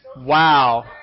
Wow